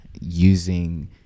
Using